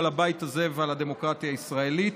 על הבית הזה ועל הדמוקרטיה הישראלית.